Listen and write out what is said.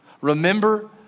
Remember